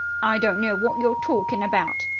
i don't know what you're torkin' about,